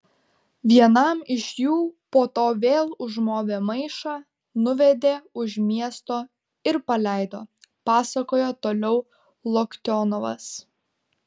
vienam iš jų po to vėl užmovė maišą nuvedė už miesto ir paleido pasakojo toliau loktionovas